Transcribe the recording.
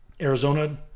Arizona